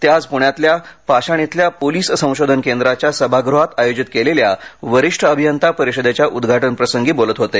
ते आज पुण्यातल्या पाषाण इथल्या पोलिस संशोधन केंद्राच्या सभागृहात आयोजित वरिष्ठ अभियंता परिषदेच्या उद्घाटन प्रसंगी बोलत होते